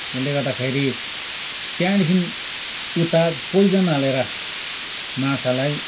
त्यसले गर्दाखेरि त्यहाँदेखि उता पोइजन हालेर माछालाई